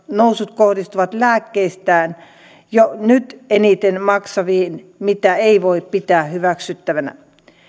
nousut kohdistuvat lääkkeistään jo nyt eniten maksaviin mitä ei voi pitää hyväksyttävänä